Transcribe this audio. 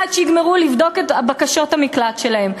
עד שיגמרו לבדוק את בקשות המקלט שלהם.